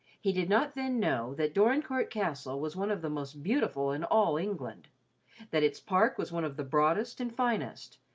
he did not then know that dorincourt castle was one of the most beautiful in all england that its park was one of the broadest and finest,